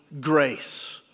grace